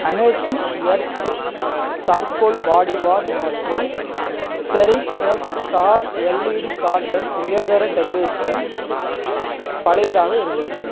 amazing earth charcoal body wash மற்றும் cherish X star LED carton உயர்தர decoration பழையதாக இருந்தது